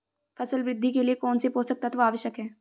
फसल वृद्धि के लिए कौनसे पोषक तत्व आवश्यक हैं?